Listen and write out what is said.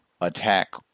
attack